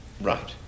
right